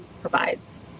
provides